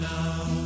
now